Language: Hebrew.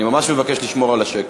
אני ממש מבקש לשמור על השקט.